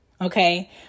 okay